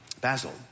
Basil